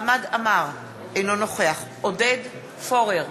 חמד עמאר, אינו נוכח עודד פורר,